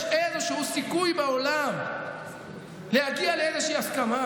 איזשהו סיכוי שבעולם להגיע לאיזושהי הסכמה.